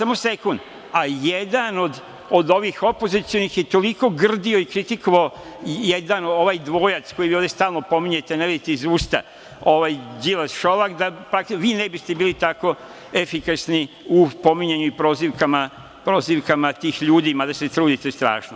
A, jedan od ovih opozicionih je toliko grdio i kritikovao, jedan ovaj dvojac, kojeg vi ovde stalno pominjete i ne vadite iz usta, Đilas-Šolak, pa vi ne biste bili tako efikasni u pominjanju i prozivkama tih ljudi, mada se trudite strašno.